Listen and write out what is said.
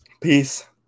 Peace